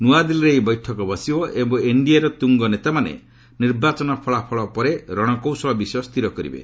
ନୂଆଦିଲ୍କାରେ ଏହି ବୈଠକ ବସିବ ଏବଂ ଏନ୍ଡିଏର ତୁଙ୍ଗ ନେତାମାନେ ନିର୍ବାଚନ ଫଳାଫଳ ପରେ ରଣକୌଶଳ ବିଷୟ ସ୍ଥିର କରିବେ